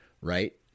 right